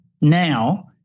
now